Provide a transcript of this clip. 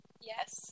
Yes